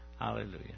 Hallelujah